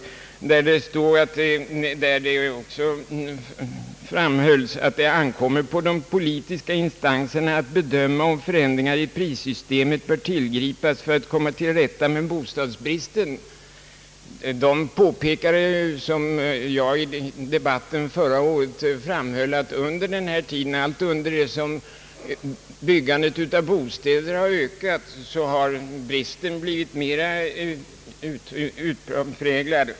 Det framhölls där, att det ankommer på de politiska instanserna att bedöma om förändringar i prissystemet bör tillgripas för att komma till rätta med bostadsbristen. Det påpekades, som jag framhöll i debatten förra året, att allt under det att byggandet av bostäder har ökat har bristen blivit mera utpräglnad.